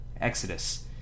Exodus